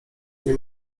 nie